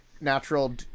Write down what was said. natural